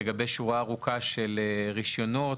לגבי שורה ארוכה של רישיונות,